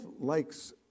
likes